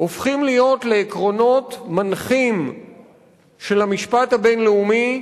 הופכים להיות עקרונות מנחים של המשפט הבין-לאומי,